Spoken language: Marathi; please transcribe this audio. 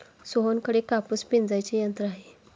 सोहनकडे कापूस पिंजायचे यंत्र आहे